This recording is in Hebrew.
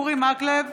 אורי מקלב,